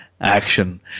action